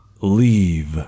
leave